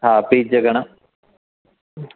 हा पीज़ घणा